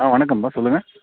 ஆ வணக்கம்ப்பா சொல்லுங்கள்